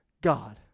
God